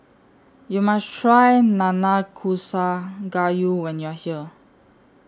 YOU must Try Nanakusa Gayu when YOU Are here